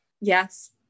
Yes